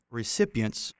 recipients